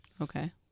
Okay